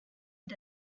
est